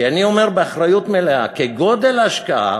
כי אני אומר באחריות מלאה: כגודל ההשקעה,